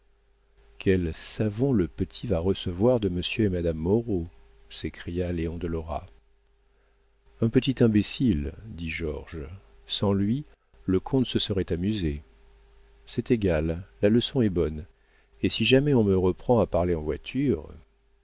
quel savon le petit va recevoir de monsieur et madame moreau s'écria léon de lora un petit imbécile dit georges sans lui le comte se serait amusé c'est égal la leçon est bonne et si jamais on me reprend à parler en voiture